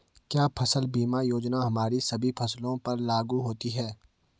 क्या फसल बीमा योजना हमारी सभी फसलों पर लागू होती हैं?